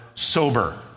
sober